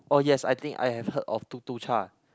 oh yes I think I have heard of Tuk-Tuk-Cha